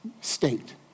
state